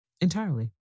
Entirely